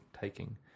taking